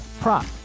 prop